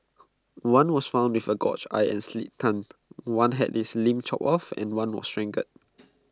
one was found with A gouged eye and slit tongue one had its limbs chopped off and one was strangled